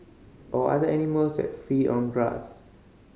or other animals that feed on grass